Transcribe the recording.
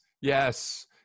yes